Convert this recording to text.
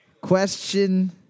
question